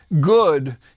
good